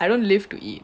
I don't live to eat